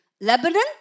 Lebanon